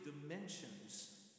dimensions